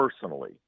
personally